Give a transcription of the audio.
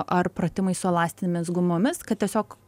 ar pratimai su elastinėmis gumomis kad tiesiog